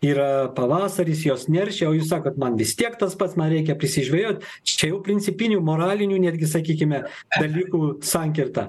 yra pavasaris jos neršia o jūs sakot man vis tiek tas pats man reikia prisižvejot čia jau principinių moralinių netgi sakykime dalykų sankirta